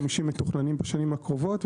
עוד 150 מתוכננים בשנים הקרובות,